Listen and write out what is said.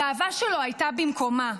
הגאווה שלו הייתה במקומה,